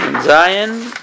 Zion